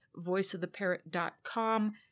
voiceoftheparrot.com